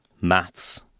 maths